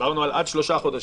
דיברנו עד שלושה חודשים.